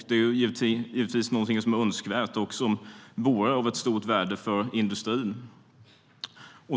Det är givetvis något som är önskvärt och som vore av stort värde för industrin.